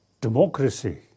democracy